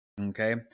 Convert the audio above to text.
Okay